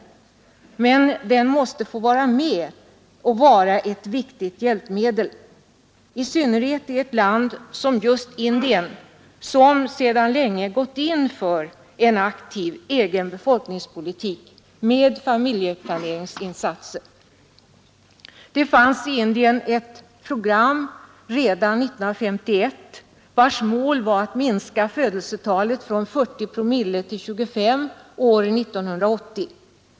Men befolkningsökningens begränsning måste få vara med som ett viktigt hjälpmedel, i synnerhet i ett land som Indien, som sedan länge gått in för en aktiv egen befolkningspolitik med familjeplaneringsinsatser. Det fanns i Indien ett program redan 1951, vars mål var att minska födelsetalet från 40 promille till 25 år 1980.